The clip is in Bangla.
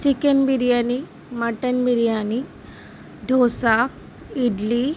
chicken biryani mutton biryani dosa idli